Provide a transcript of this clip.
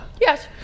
Yes